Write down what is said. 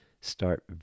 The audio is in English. Start